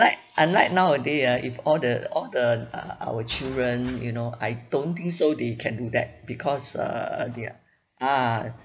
unlike nowaday ah if all the all the uh our children you know I don't think so they can do that because err err they're !huh!